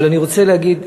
אבל אני רוצה להגיד,